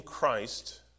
Christ